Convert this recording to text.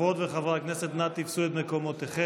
חברות וחברות הכנסת, נא תפסו את מקומותיכם.